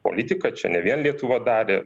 politiką čia ne vien lietuva darė